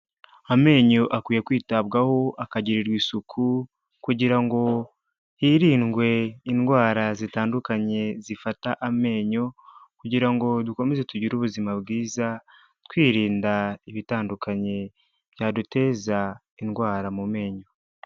Amenyo akwiye kwitabwaho, akagirirwa isuku kugira ngo hirindwe indwara zitandukanye zifata amenyo kugira ngo dukomeze tugire ubuzima bwiza, twirinda ibitandukanye byaduteza indwara mu menyo.